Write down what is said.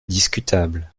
discutable